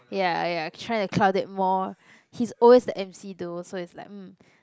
ya ya try to cloud it more he's always the emcee though so it's like um